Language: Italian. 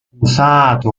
usato